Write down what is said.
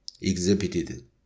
exhibited